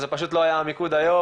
זה פשוט לא היה המיקוד היום,